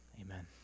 Amen